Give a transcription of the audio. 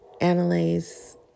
analyze